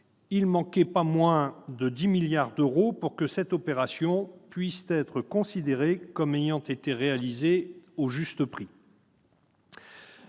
ne manquait alors pas moins de 10 milliards d'euros pour que cette opération puisse être considérée comme ayant été réalisée au juste prix.